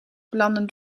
belanden